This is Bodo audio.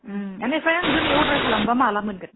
बेनिफाय आं दिनै अरदार खालामोबा माब्ला मोनगोन